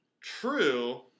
True